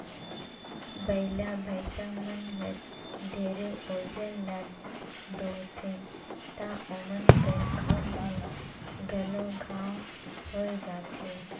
बइला, भइसा मन हर ढेरे ओजन ल डोहथें त ओमन कर खांध में घलो घांव होये जाथे